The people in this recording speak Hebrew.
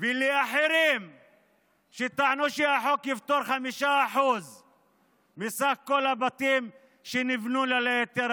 ולאחרים שטענו שהחוק יפתור 5% מסך כל הבתים שנבנו ללא היתר,